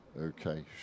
Okay